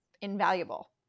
invaluable